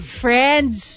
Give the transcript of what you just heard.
friends